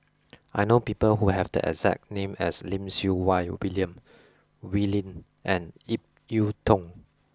I know people who have the exact name as Lim Siew Wai William Wee Lin and Ip Yiu Tung